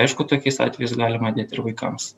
aišku tokiais atvejais galima dėt ir vaikams